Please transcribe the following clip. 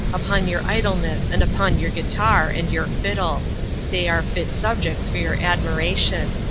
upon your idleness and upon your guitar, and your fiddle they are fit subjects for your admiration,